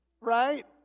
right